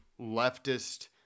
leftist